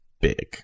big